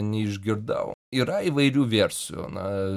neišgirdau yra įvairių versijų na